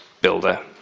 builder